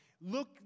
look